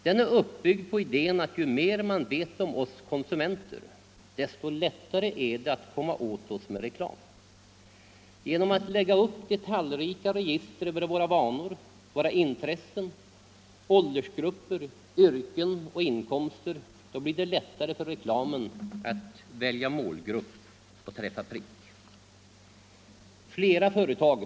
Den är uppbyggd på idén att ju mer man vet om oss konsumenter, desto lättare är det att komma åt oss med reklam. Genom att lägga — Nr 16 upp detaljrika register över våra vanor, intressen, åldersgrupper, yrken Onsdagen den och inkomster blir det lättare för reklamen att välja ”målgrupp” och 5 november 1975 träffa prick.